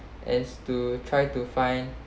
and to try to find